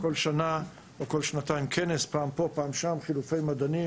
כל שנה שנתיים מתקיים כנס, יש חילופי מדענים